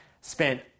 Spent